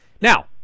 Now